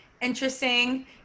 interesting